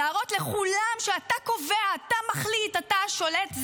להראות לכולם שאתה קובע, אתה מחליט, אתה השולט?